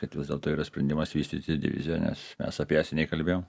kad vis dėlto yra sprendimas vystyti diviziją nes mes apie ją seniai kalbėjom